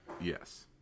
Yes